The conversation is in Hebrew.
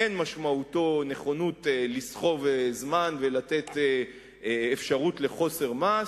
אין משמעותו נכונות לסחוב זמן ולתת אפשרות לחוסר מעש,